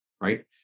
right